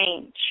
change